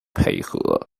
配合